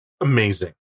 amazing